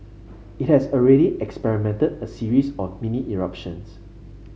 it has already a series of mini eruptions